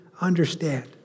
understand